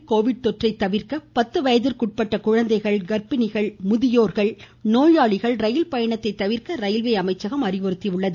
railway Covid தொற்றை தடுக்க பத்து வயதுக்குட்பட்ட குழந்தைகள் காப்பிணிகள் முதியோர்கள் நோயாளிகள் ரயில் பயணத்தை தவிர்க்க ரயில்வே அமைச்சகம் அறிவுறுத்தியுள்ளது